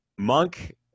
Monk